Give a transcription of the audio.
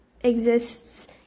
exists